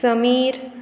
Sameer